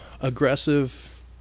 Aggressive